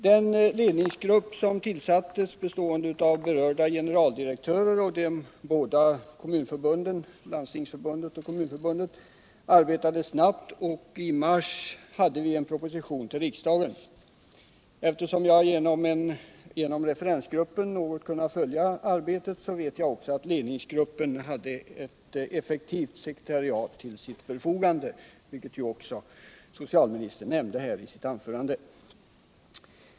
Den ledningsgrupp som tillsattes, bestående av berörda generaldirektörer och de båda kommunförbunden, Landstingsförbundet och Kommunförbundet, arbetade snabbt, och i mars hade vi en proposition till riksdagen. Eftersom jag genom en referensgrupp något har kunnat följa arbetet, vet jag också att ledningsgruppen hade ett effektivt sekretariat till sitt förfogande, vilket socialministern nämnde i sitt anförande.